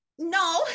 no